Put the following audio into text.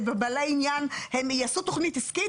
בעלי עניין הם יעשו תוכנית עסקית,